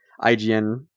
IGN